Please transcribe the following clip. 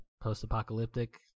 post-apocalyptic